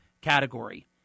category